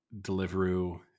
Deliveroo